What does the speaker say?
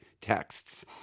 texts